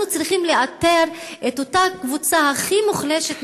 אנחנו צריכים לאתר את אותה קבוצה הכי מוחלשת,